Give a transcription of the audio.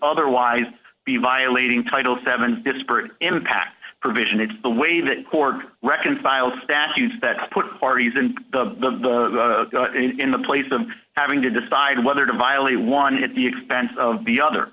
otherwise be violating title seven disparate impact provision it's the way that korg reconcile statutes that put parties in the in the place them having to decide whether to violate one at the expense of the other